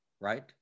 right